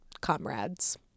comrades